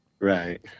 right